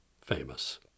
famous